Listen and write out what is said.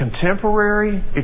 contemporary